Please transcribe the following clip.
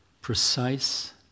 precise